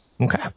Okay